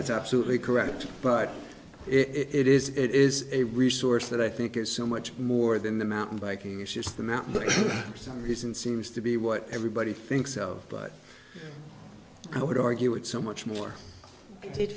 that's absolutely correct but it is it is a resource that i think is so much more than the mountain biking it's just the mountain but for some reason seems to be what everybody thinks of but i would argue it's so much more